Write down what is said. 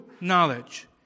knowledge